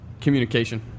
communication